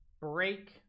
Break